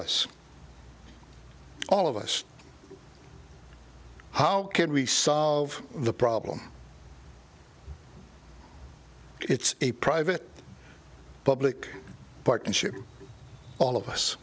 us all of us how can we solve the problem it's a private public partnership all of us